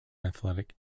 athletic